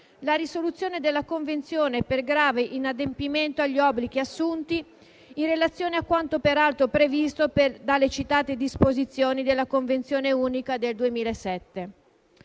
la risoluzione della Convenzione per grave inadempimento agli obblighi assunti, in relazione a quanto peraltro previsto dalle citate disposizioni della Convenzione unica del 2007;